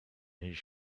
his